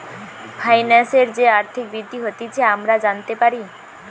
ফাইন্যান্সের যে আর্থিক বৃদ্ধি হতিছে আমরা জানতে পারি